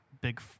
big